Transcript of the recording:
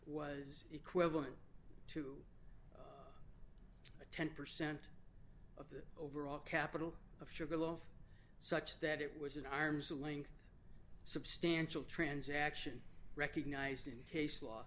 was equivalent to ten percent the overall capital of sugarloaf such that it was an arm's length substantial transaction recognized in case law